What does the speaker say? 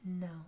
No